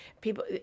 People